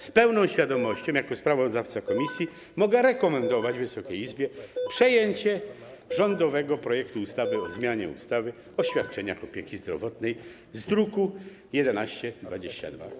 Z pełną świadomością jako sprawozdawca komisji mogę rekomendować Wysokiej Izbie przyjęcie rządowego projektu ustawy o zmianie ustawy o świadczeniach opieki zdrowotnej z druku 1122.